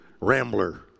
Rambler